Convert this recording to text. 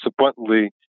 subsequently